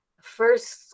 first